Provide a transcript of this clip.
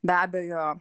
be abejo